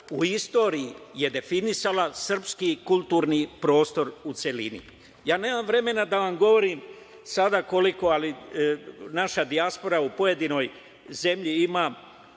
u istoriji je definisala srpski kulturni prostor u celini. Ja nemam vremena da vam govorim sada koliko naša dijaspora u pojedinoj zemlji ima